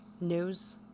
news